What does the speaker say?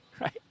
right